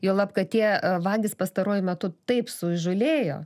juolab kad tie vagys pastaruoju metu taip suįžūlėjo